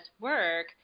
work